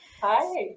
Hi